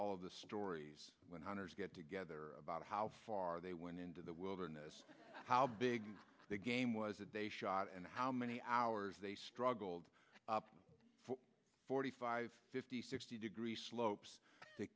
all of the stories when hunters get together about how far they went into the wilderness how big the game was a day shot and how many hours they struggled forty five fifty sixty degree slopes t